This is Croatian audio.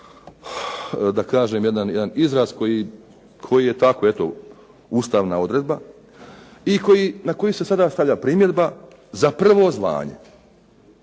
je tako jedan izraz koji je tako eto Ustavna odredba, i na koji se sada stavlja primjedba za prvo zvanje.